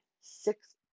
six